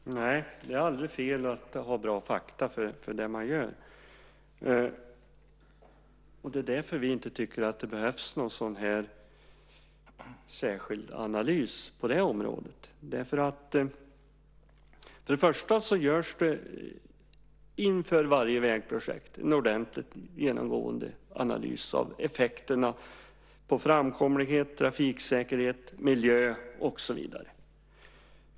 Fru talman! Nej, det är aldrig fel att ha bra fakta om det man gör. Det är därför vi inte tycker att det behövs någon sådan här särskild analys på det här området. För det första görs det inför varje vägprojekt en ordentlig genomgående analys av effekterna på framkomlighet, trafiksäkerhet, miljö och så vidare.